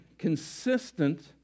consistent